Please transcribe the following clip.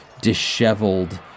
disheveled